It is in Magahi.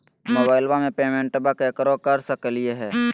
मोबाइलबा से पेमेंटबा केकरो कर सकलिए है?